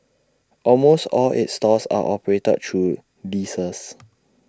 almost all its stores are operated through leases